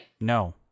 No